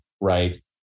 right